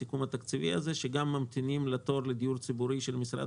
הסיכום התקציבי שגם ממתינים בתור לדיור ציבורי של משרד